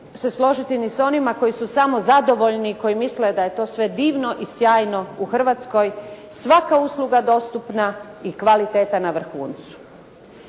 se složiti ni s onima koji su samo zadovoljni i koji misle da je to sve divno i sjajno u Hrvatskoj. Svaka usluga dostupna i kvaliteta na vrhuncu.